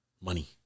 money